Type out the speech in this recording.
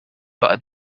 but